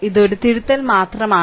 ഇത് ഒരു തിരുത്തൽ മാത്രമാണ്